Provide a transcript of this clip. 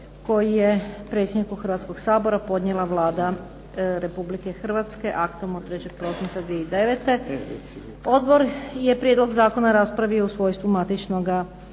koji je predsjedniku Hrvatskog sabora podnijela Vlada Republike Hrvatske aktom od 3. prosinca 2009. Odbor je prijedlog zakona raspravio u svojstvu matičnoga